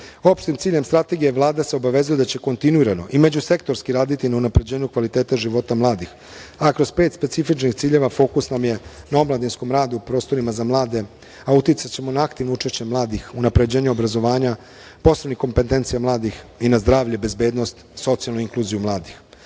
ciljem Strategije Vlada se obavezuje da će kontinuirano i međusektorski raditi na unapređenju kvaliteta života mladih, a kroz pet specifičnih ciljeva fokus nam je na omladinskom radu, prostorima za mladu, a uticaćemo na aktivno učešće mladih u unapređenju obrazovanja, posebnih kompetencija mladih i na zdravlje, bezbednost, socijalnu inkluziju